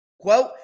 quote